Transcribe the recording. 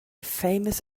famous